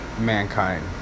mankind